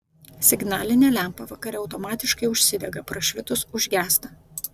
signalinė lempa vakare automatiškai užsidega prašvitus užgęsta